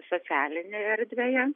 socialinėje erdvėje